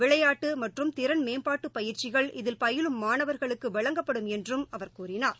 விளையாட்டு மற்றும் திறன் மேம்பாட்டுப் பயிற்சிகள் இதில் பயிலும் மாணவர்களுக்கு வழங்கப்படும் என்றும் அவர் கூறினார்